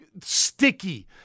Sticky